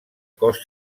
cos